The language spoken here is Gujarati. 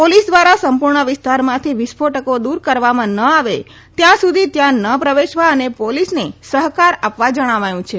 પોલીસ દ્વારા સંપુર્ણ વિસ્તારમાંથી વિસ્ફોટકો દુર કરવામાં ન આવે ત્યાં સુધી ત્યાં ન પ્રવેશવા અને પોલીસને સહકાર આપવા જણાવાયું છે